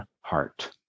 heart